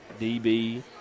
DB